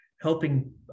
helping